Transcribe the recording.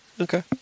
Okay